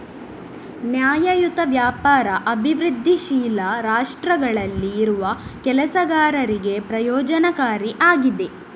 ನ್ಯಾಯಯುತ ವ್ಯಾಪಾರ ಅಭಿವೃದ್ಧಿಶೀಲ ರಾಷ್ಟ್ರಗಳಲ್ಲಿ ಇರುವ ಕೆಲಸಗಾರರಿಗೆ ಪ್ರಯೋಜನಕಾರಿ ಆಗಿದೆ